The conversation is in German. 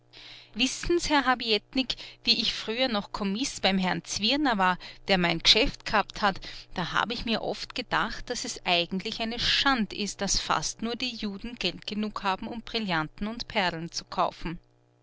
herr habietnik wie ich früher noch kommis beim herrn zwirner war der mein geschäft gehabt hat da hab ich mir oft gedacht daß es eigentlich eine schand ist daß fast nur die juden geld genug haben um brillanten und perlen zu kaufen